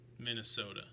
Minnesota